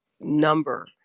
number